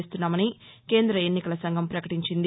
వేస్తున్నామని కేంద్ర ఎన్నికల సంఘం పకటించింది